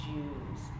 Jews